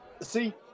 see